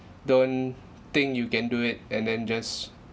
don't think you can do it and then just